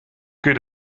good